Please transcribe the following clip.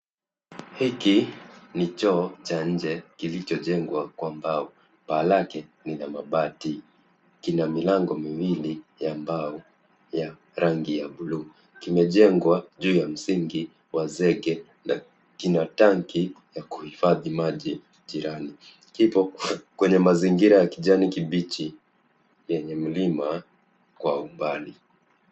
Hiki ni choo cha nje kilichojengwa kwa mbao. Paa lake ni la mabati. Kina milango miwili ya mbao ya rangi ya blue . Kimejengwa juu ya msingi wa zege na kina tanki ya kuhifadhi maji jirani. Kipo kwenye mazingira ya kijani kibichi yenye mlima kwa umbali.